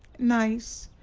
nice,